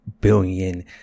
billion